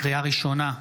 לקריאה ראשונה,